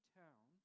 town